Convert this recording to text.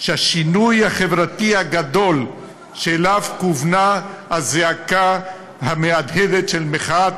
שהשינוי החברתי הגדול שאליו כוונה הזעקה המהדהדת של מחאת